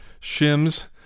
Shim's